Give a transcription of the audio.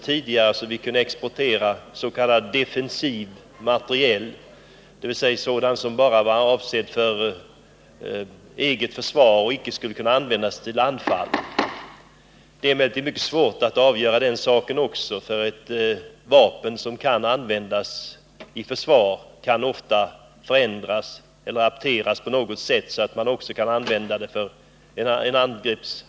Tidigare kunde vi exportera s.k. defensiv materiel, dvs. vapen som var avsedda för att fösvara det egna landet och inte för anfall. Den avvägningen är emellertid också mycket svår att göra. Vapen avsedda för försvar kan nämligen förändras eller apteras så att de kan användas vid angrepp.